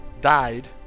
died